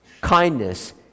Kindness